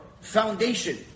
foundation